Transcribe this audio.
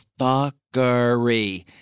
fuckery